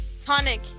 tonic